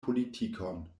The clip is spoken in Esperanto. politikon